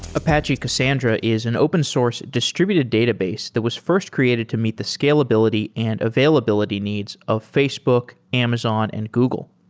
apache cassandra is an open source distributed database that was first created to meet the scalability and availability needs of facebook, amazon and google.